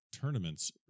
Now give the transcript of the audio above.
tournaments